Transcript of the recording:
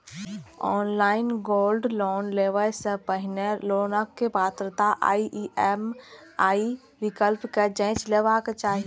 online gold loan लेबय सं पहिने लोनक पात्रता आ ई.एम.आई विकल्प कें जांचि लेबाक चाही